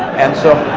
and so